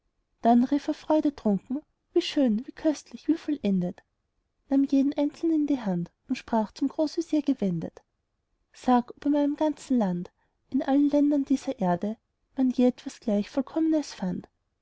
dann aber rief er freudetrunken wie schön wie köstlich wie vollendet nahm jeden einzeln in die hand und sprach zum großvezier gewendet sag ob in meinem ganzen land in allen ländern dieser erde man je was gleich vollkommnes fand